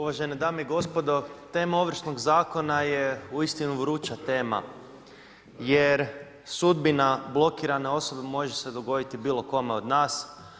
Uvažene dame i gospodo, tema Ovršnog zakona je uistinu vruća tema jer sudbina blokirane osobe može se dogoditi bilo kome od nas.